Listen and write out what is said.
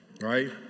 Right